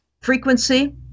frequency